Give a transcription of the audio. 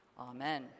Amen